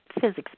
physics